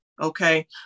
Okay